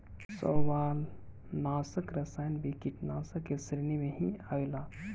शैवालनाशक रसायन भी कीटनाशाक के श्रेणी में ही आवेला